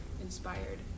inspired